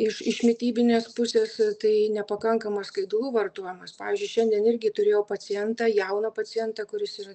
iš iš mitybinės pusės tai nepakankamas skaidulų vartojimas pavyzdžiui šiandien irgi turėjau pacientą jauną pacientą kuris yra